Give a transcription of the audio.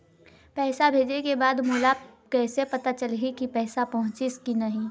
पैसा भेजे के बाद मोला कैसे पता चलही की पैसा पहुंचिस कि नहीं?